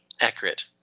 accurate